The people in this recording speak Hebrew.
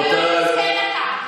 את רוצה להשתיק את,